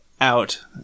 out